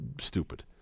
stupid